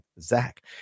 Zach